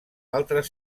altres